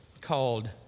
called